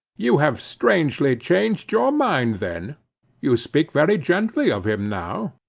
you have strangely changed your mind then you speak very gently of him now.